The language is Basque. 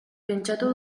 pentsatu